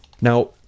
Now